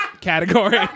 category